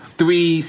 three